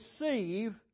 receive